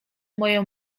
moją